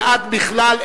ועד בכלל,